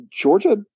Georgia